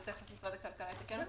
ותכף משרד הכלכלה יעדכן,